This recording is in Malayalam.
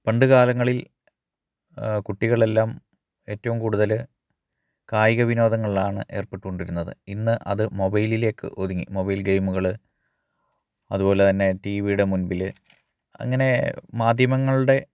പണ്ട് കാലങ്ങളിൽ കുട്ടികളെല്ലാം ഏറ്റവും കൂടുതല് കായിക വിനോദങ്ങളിലാണ് ഏർപ്പെട്ടുക്കൊണ്ടിരുന്നത് ഇന്ന് അത് മൊബൈലിലേക്ക് ഒതുങ്ങി മൊബൈൽ ഗെയിംമ്കള് അതുപോലെ തന്നെ ടി വി യുടെ മുൻപില് അങ്ങനെ മാധ്യമങ്ങളുടെ